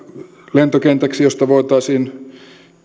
lentokentäksi jolta voitaisiin